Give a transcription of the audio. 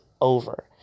over